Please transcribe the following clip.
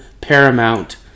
paramount